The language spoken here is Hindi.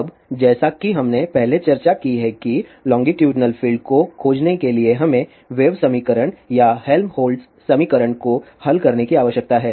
अब जैसा कि हमने पहले चर्चा की है कि लोंगीटूडिनल फील्ड को खोजने के लिए हमें वेव समीकरण या हेल्महोल्ट्ज़ समीकरण को हल करने की आवश्यकता है